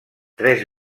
tres